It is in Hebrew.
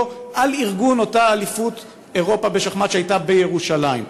על ארגון אותה אליפות אירופה בשחמט שהייתה בירושלים.